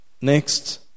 next